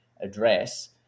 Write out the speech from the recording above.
address